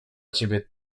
ciebie